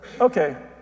okay